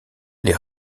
les